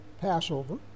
Passover